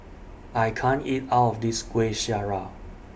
I can't eat All of This Kueh Syara